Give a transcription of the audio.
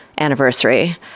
anniversary